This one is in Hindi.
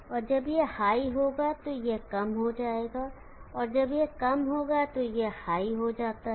तो जब यह हाई होगा तो यह कम हो जाएगा और जब यह कम होगा तो यह हाई हो जाता है